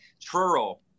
Truro